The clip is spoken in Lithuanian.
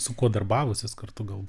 su kuo darbavusis kartu gal